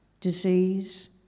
disease